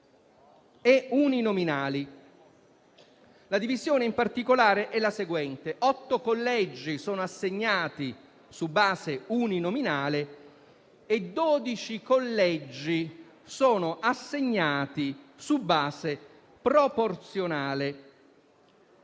e uninominali. La divisione, in particolare, è la seguente: otto collegi sono assegnati su base uninominale e dodici collegi sono assegnati su base proporzionale.